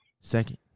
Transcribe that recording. Second